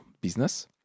business